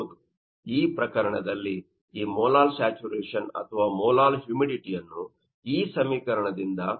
ಈ ಪ್ರಕರಣದಲ್ಲಿ ಈ ಮೋಲಾಲ್ ಸ್ಯಾಚುರೇಶನ್ ಅಥವಾ ಮೋಲಾಲ್ ಹ್ಯೂಮಿಡಿಟಿಯನ್ನು ಈ ಸಮೀಕರಣದಿಂದ ವ್ಯಾಖ್ಯಾನಿಸಲಾಗಿದೆ